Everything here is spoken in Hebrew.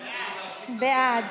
בעד,